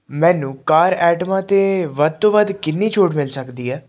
ਮੈਨੂੰ ਕਾਰ ਆਈਟਮਾਂ 'ਤੇ ਵੱਧ ਤੋਂ ਵੱਧ ਕਿੰਨੀ ਛੋਟ ਮਿਲ ਸਕਦੀ ਹੈ